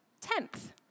tenth